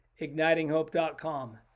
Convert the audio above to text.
ignitinghope.com